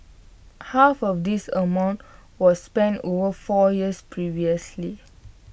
half of this amount was spent over four years previously